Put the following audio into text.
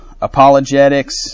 apologetics